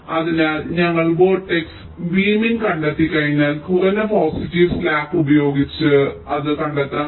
അതിനാൽ ഞങ്ങൾ vertex v min കണ്ടെത്തിക്കഴിഞ്ഞാൽ കുറഞ്ഞ പോസിറ്റീവ് സ്ലാക്ക് ഉപയോഗിച്ച് നിങ്ങൾ പാത കണ്ടെത്തുക